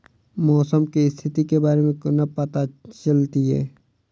मौसम केँ स्थिति केँ बारे मे कोना पत्ता चलितै?